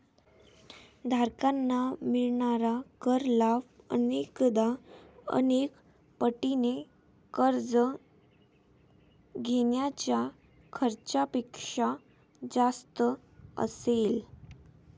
धारकांना मिळणारा कर लाभ अनेकदा अनेक पटीने कर्ज घेण्याच्या खर्चापेक्षा जास्त असेल